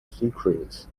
secrets